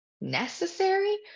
necessary